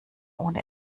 ohne